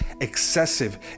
excessive